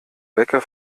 bäcker